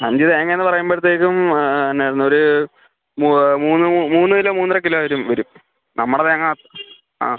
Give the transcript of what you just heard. അഞ്ച് തേങ്ങയെന്ന് പറയുമ്പോഴത്തേക്കും ആ ആ എന്നാൽ ഒര് മൂ മൂന്ന് മൂ മൂന്ന് കിലോ മൂന്നര കിലോ എങ്കിലും വരും വരും നമ്മുടെ തേങ്ങ ആ